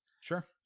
Sure